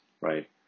right